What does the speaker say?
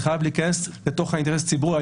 חייבים להיכנס בתוך האינטרס הציבורי.